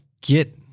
get